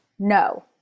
No